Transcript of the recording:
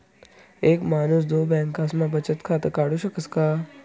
एक माणूस दोन बँकास्मा बचत खातं काढु शकस का?